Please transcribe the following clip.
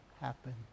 happen